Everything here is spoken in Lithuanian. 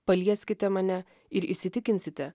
palieskite mane ir įsitikinsite